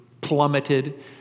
plummeted